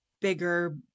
bigger